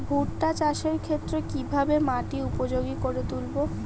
ভুট্টা চাষের ক্ষেত্রে কিভাবে মাটিকে উপযোগী করে তুলবো?